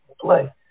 play